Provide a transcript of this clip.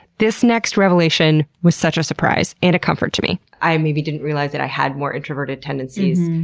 this next revelation was such a surprise. and a comfort to me. i maybe didn't realize that i had more introverted tendencies,